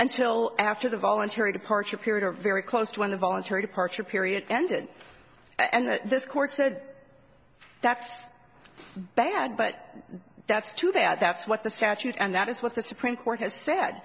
until after the voluntary departure period or very close to when the voluntary departure period ended and this court said that's bad but that's too bad that's what the statute and that is what the supreme court has said